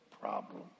problem